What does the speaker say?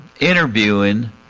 interviewing